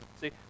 See